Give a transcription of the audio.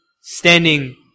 standing